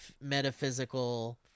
metaphysical